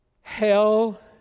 Hell